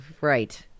right